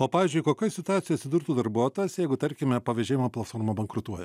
o pavyzdžiui kokioj situacijoj atsidurtų darbuotojas jeigu tarkime pavėžėjimo platforma bankrutuoja